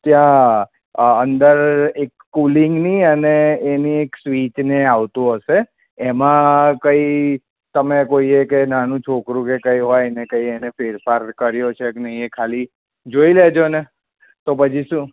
ત્યાં અંદર એક કુલિંગની અને એની એક સ્વીચને આવતું હશે એમાં કઈ તમે કોઈએ કે નાનું છોકરું કે કઇ હોય એને ફેરફાર કર્યો છે કે નહીં એ ખાલી જોઈ લેજો ને તો પછી શું